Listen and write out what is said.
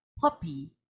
puppy